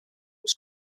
was